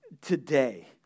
today